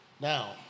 Now